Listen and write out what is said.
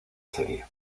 serie